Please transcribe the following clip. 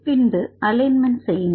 பின்பு அலைன்மெண்ட் செய்யுங்கள்